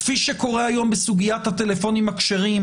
כפי שקורה היום בסוגיית הטלפונים הכשרים,